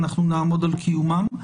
ואנחנו נעמוד על קיומם.